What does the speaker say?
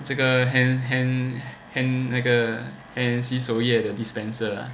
这个 hand hand hand 那个 hand 洗手液的 dispenser